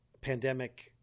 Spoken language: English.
pandemic